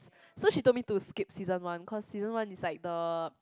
so she told me to skip season one cause season one is like the